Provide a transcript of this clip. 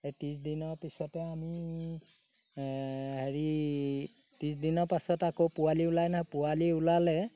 সেই ত্ৰিছ দিনৰ পিছতে আমি হেৰি ত্ৰিছ দিনৰ পাছত আকৌ পোৱালি ওলাই নহয় পোৱালি ওলালে